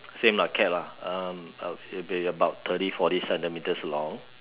same lah cat lah um it would be about thirty forty centimetres long